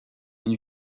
une